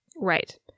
right